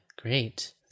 great